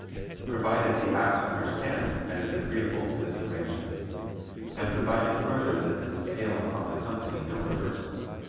provided the act understands and is agreeable to this arrangement and provided further that this entails on the company no rehearsals.